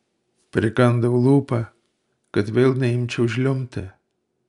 prikandau lūpą kad vėl neimčiau žliumbti